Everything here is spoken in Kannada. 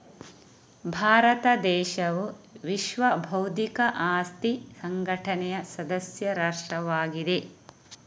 ಭಾರತ ದೇಶವು ವಿಶ್ವ ಬೌದ್ಧಿಕ ಆಸ್ತಿ ಸಂಘಟನೆಯ ಸದಸ್ಯ ರಾಷ್ಟ್ರವಾಗಿದೆ